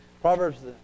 proverbs